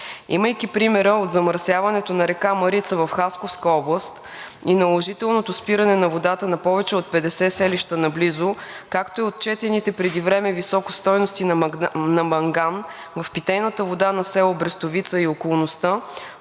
Имайки примера от замърсяването на река Марица в Хасковска област и наложителното спиране на водата на повече от 50 селища наблизо, както и отчетените преди време високи стойности на манган в питейната вода на село Брестовица и околността,